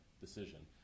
decision